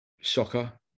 soccer